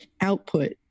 output